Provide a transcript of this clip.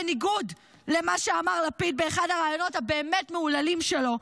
בניגוד למה שאמר לפיד באחד הראיונות הבאמת-מהוללים שלו,